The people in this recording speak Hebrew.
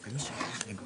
אני שמח לפתוח